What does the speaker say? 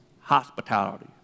hospitality